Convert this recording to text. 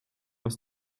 aus